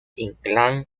inclán